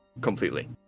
completely